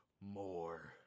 more